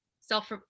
self